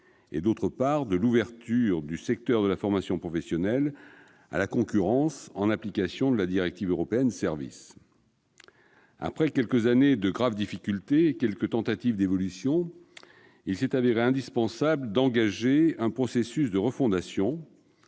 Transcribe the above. d'autre part, l'ouverture du secteur de la formation professionnelle à la concurrence en application de la directive Services. Après quelques années de graves difficultés et quelques tentatives d'évolution, il s'est révélé indispensable d'engager un processus de refondation